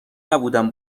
نبودم